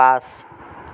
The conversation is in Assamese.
পাঁচ